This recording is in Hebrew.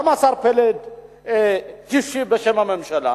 השר פלד השיב בשם הממשלה,